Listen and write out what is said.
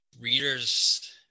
readers